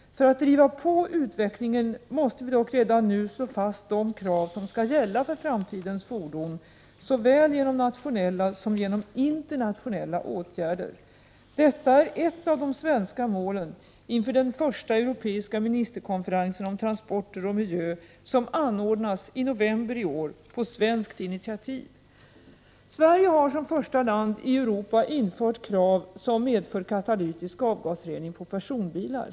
För att driva på utvecklingen måste vi dock redan nu slå fast de krav som skall gälla för framtidens fordon, såväl genom nationella som genom internationella åtgärder. Detta är ett av de svenska målen inför den första europeiska ministerkonferensen om transporter och miljö, som anordnas i november i år på svenskt initiativ. Sverige har som första land i Europa infört krav som medfört katalytisk avgasrening på personbilar.